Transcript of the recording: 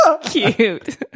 Cute